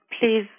please